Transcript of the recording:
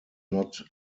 not